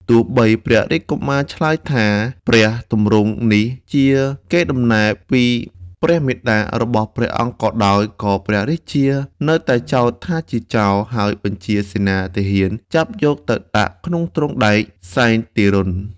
ទោះបីព្រះរាជកុមារឆ្លើយថាព្រះទម្រង់នេះជាកេរ្តិ៍ដំណែលពីព្រះមាតារបស់ព្រះអង្គក៏ដោយក៏ព្រះរាជា នៅតែចោទថាជាចោរ ហើយបញ្ហាសេនាទាហានចាប់យកទៅដាក់ក្នុងទ្រូងដែក សែនទារុណ ។